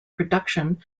production